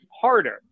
harder